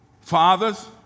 Fathers